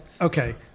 okay